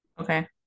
Okay